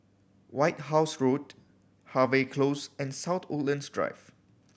White House Road Harvey Close and South Woodlands Drive